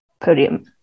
podium